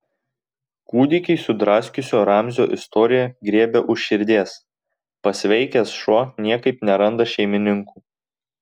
kūdikį sudraskiusio ramzio istorija griebia už širdies pasveikęs šuo niekaip neranda šeimininkų